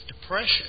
depression